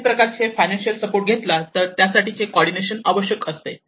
कोणत्याही प्रकारचे financial support घेतला तर त्यासाठी कॉर्डीनेशन आवश्यक असते